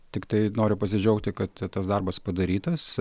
tiktai noriu pasidžiaugti kad tas darbas padarytas